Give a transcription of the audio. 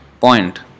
point